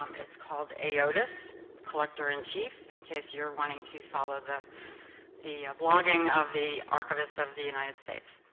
um it's called aotus collector in chief, in case you're wanting to follow the the blogging of the archivist of the united states.